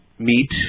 Meet